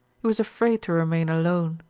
he was afraid to remain alone,